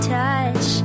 touch